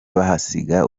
bahasiga